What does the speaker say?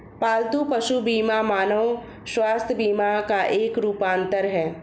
पालतू पशु बीमा मानव स्वास्थ्य बीमा का एक रूपांतर है